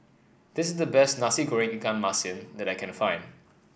this is the best Nasi Goreng Ikan Masin that I can find